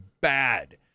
bad